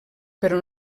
però